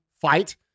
fight